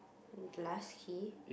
glass key